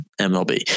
MLB